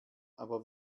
aber